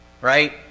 right